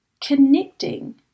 connecting